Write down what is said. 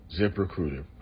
ZipRecruiter